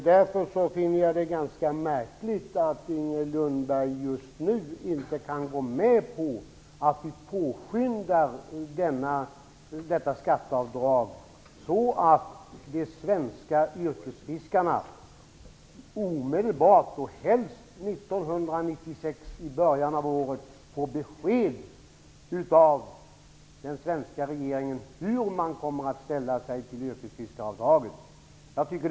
Därför finner jag det ganska märkligt att Inger Lundberg just nu inte kan gå med på att påskynda detta skatteavdrag, så att de svenska yrkesfiskarna omedelbart - helst i början av 1996 - får besked av den svenska regeringen om hur man kommer att ställa sig till yrkesfiskaravdraget.